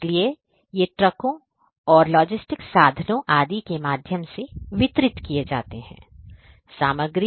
इसलिए ये ट्रकों और अन्य लॉजिस्टिक साधनों आदि के माध्यम से वितरित किए जाते हैं हैं